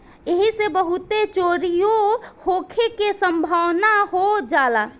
ऐइसे बहुते चोरीओ होखे के सम्भावना हो जाला